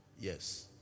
Yes